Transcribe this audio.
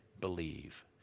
believe